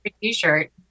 t-shirt